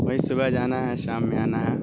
وہی صبح جانا ہے شام میں آنا ہے